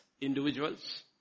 individuals